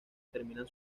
terminan